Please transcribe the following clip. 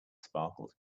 sparkled